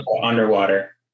underwater